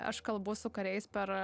aš kalbu su kariais per